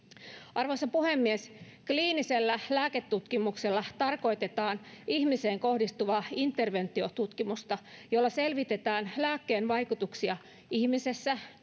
arvoisa puhemies kliinisellä lääketutkimuksella tarkoitetaan ihmiseen kohdistuvaa interventiotutkimusta jolla selvitetään lääkkeen vaikutuksia ihmisessä